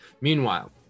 Meanwhile